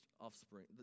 offspring